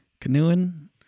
Canoeing